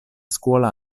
scuola